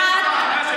אחת.